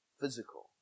physical